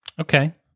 Okay